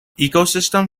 ecosystem